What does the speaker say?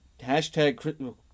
hashtag